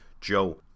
Joe